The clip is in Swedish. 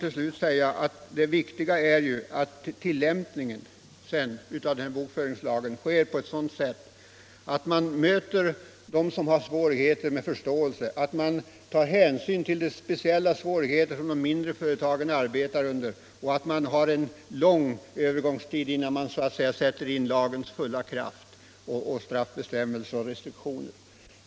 Till slut vill jag säga att det viktiga är ju att tillämpningen av bokföringslagen sker på sådant sätt att man möter dem som har svårigheter med förståelse, att man tar hänsyn till de speciella svårigheter som de mindre företagen arbetar under och att man har en lång övergångstid innan man så att säga sätter in lagens fulla kraft med straffbestämmelser och restriktioner.